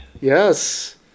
Yes